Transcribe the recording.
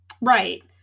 Right